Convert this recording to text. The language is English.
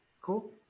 cool